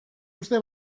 uste